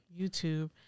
YouTube